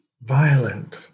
violent